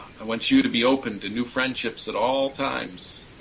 i want you to be open to new friendships at all times.